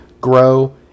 grow